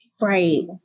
Right